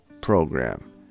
program